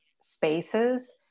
spaces